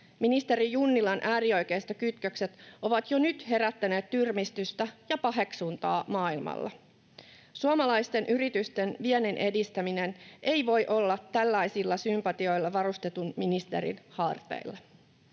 Ministeri Junnilan äärioikeistokytkökset ovat jo nyt herättäneet tyrmistystä ja paheksuntaa maailmalla. Suomalaisten yritysten viennin edistäminen ei voi olla tällaisilla sympatioilla varustetun ministerin harteilla.